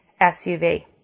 SUV